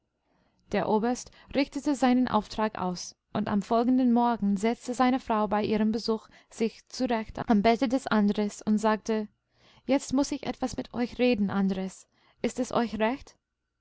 der oberst richtete seinen auftrag aus und am folgenden morgen setzte seine frau bei ihrem besuch sich zurecht am bette des andres und sagte jetzt muß ich etwas mit euch reden andres ist es euch recht